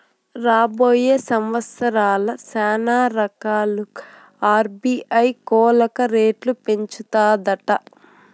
రాబోయే సంవత్సరాల్ల శానారకాలుగా ఆర్బీఐ కోలక రేట్లు పెంచతాదట